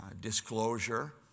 disclosure